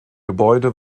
gebäude